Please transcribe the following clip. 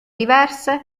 diverse